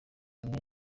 imwe